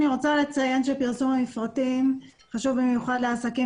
אני רוצה לציין שפרסום המפרטים חשוב במיוחד לעסקים